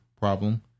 problem